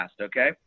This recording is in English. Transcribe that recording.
okay